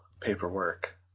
paperwork